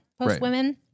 postwomen